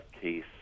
case